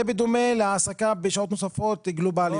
זה בדומה להעסקה בשעות נוספות גלובליות.